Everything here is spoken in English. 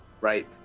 right